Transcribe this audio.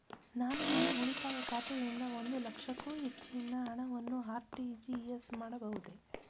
ನಾನು ನನ್ನ ಉಳಿತಾಯ ಖಾತೆಯಿಂದ ಒಂದು ಲಕ್ಷಕ್ಕೂ ಹೆಚ್ಚಿನ ಹಣವನ್ನು ಆರ್.ಟಿ.ಜಿ.ಎಸ್ ಮಾಡಬಹುದೇ?